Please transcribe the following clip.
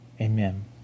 Amen